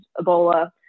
Ebola